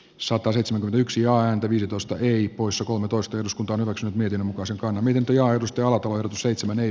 sataseitsemänbvyksi a ääntä viisitoista y poissa kolmetoista eduskunta hyväksyi mietin osakkaana minkä johdosta avattuun seitsemän ei